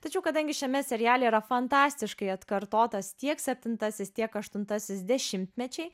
tačiau kadangi šiame seriale yra fantastiškai atkartotas tiek septintasis tiek aštuntasis dešimtmečiai